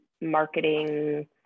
marketing